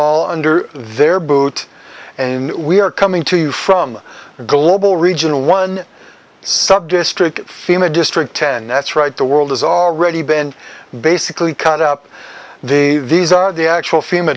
all under their boot and we are coming to you from a global regional one subdistrict fema district ten that's right the world has already been basically cut up the these are the actual fema